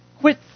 Quit